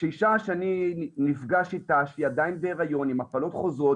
כשאשה שאני נפגש איתה ושהיא עדיין בהיריון עם הפלות חוזרות